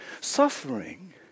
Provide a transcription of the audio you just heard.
suffering